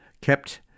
kept